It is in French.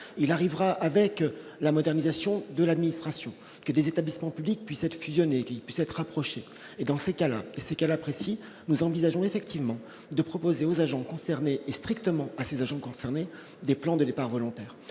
il arrivera avec la modernisation de l'administration et des établissements publics puissent être qui puisse être reproché et dans ces cas-là, c'est qu'elle apprécie, nous envisageons effectivement de proposer aux agents concernés et strictement à ces agents concernés des plans de départs volontaires,